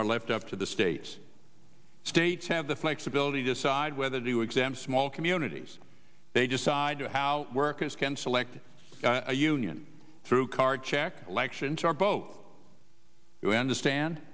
are left up to the states states have the flexibility decide whether to exam small communities they decide to how workers can select a union through card check elections are vote we understand